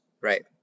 right